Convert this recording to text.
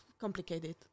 complicated